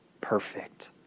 perfect